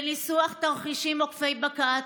לניסוח תרחישים עוקפי בג"ץ,